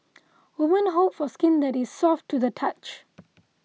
women hope for skin that is soft to the touch